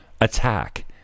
attack